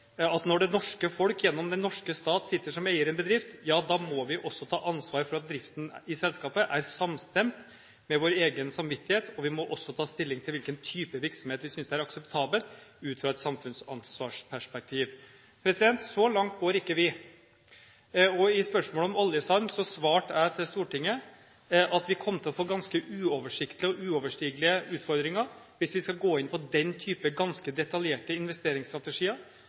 det norske folk gjennom den norske stat sitter som eier i en bedrift, ja, da må vi også ta ansvar for at driften i selskapet er samstemt med vår egen samvittighet, og vi må også ta stilling til hvilken type virksomhet vi synes er akseptabel ut fra et samfunnsansvarsperspektiv.» Så langt går ikke vi. Og i spørsmålet om oljesand svarte jeg til Stortinget at vi kommer til å få «ganske uoversiktlige og uoverstigelige utfordringer hvis vi skal gå inn på den type ganske detaljerte investeringsstrategier.